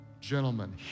Gentlemen